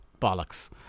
bollocks